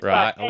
Right